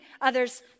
others